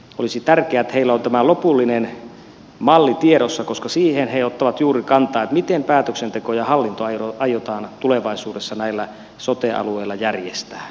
olisi tärkeää että heillä on lopullinen malli tiedossa koska juuri siihen he ottavat kantaa miten päätöksenteko ja hallinto aiotaan tulevaisuudessa näillä sote alueilla järjestää